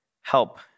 help